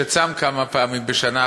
שצם כמה פעמים בשנה,